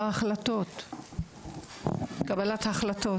קבלת ההחלטות?